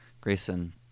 Grayson